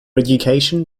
education